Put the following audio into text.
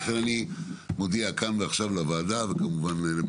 לכן אני מודיע כאן ועכשיו לוועדה ולמנהלת